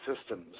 systems